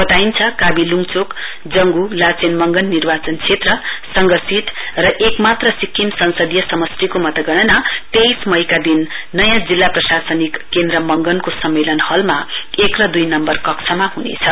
वताइन्छ कावी लुङचोक जंगु लाचेन मंगन निर्वाचन क्षेत्र संघ सीट र एकमात्र सिक्किम संसदीय समस्टिको मतगणना तेइस मईका दिन नयाँ जिल्ला प्रशासनिक केन्द्रमंगनको सम्मेलन हलमा एक दुई नम्वर कक्षामा हुनेछ